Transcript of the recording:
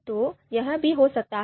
तो यह भी हो सकता है